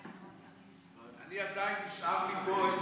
אדוני היושב-ראש,